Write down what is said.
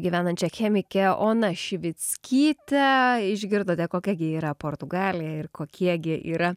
gyvenančia chemike ona šivickyte išgirdote kokia gi yra portugalija ir kokie gi yra